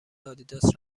آدیداس